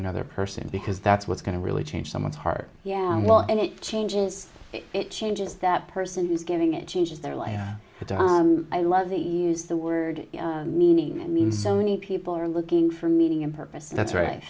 another person because that's what's going to really change someone's heart yeah well and it changes it changes that person who's giving it changes their life i love the use the word meaning i mean so many people are looking for meaning and purpose that's right